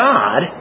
God